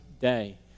day